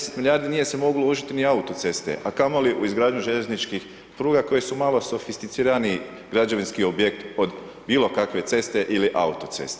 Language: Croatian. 10 milijardi nije se moglo uložiti ni u autoceste a kamoli u izgradnju željezničkih pruga koje su malo sofisticiraniji građevinski objekt od bilo kakve ceste ili autoceste.